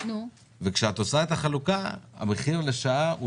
וכשאת עושה את החלוקה המחיר לשעה הוא